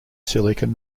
silicon